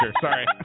sorry